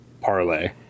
parlay